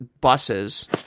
buses